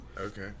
Okay